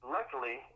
Luckily